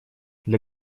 для